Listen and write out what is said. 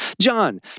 John